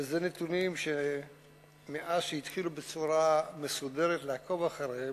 ואלה נתונים שמאז התחילו בצורה מסודרת לעקוב אחריהם,